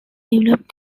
developed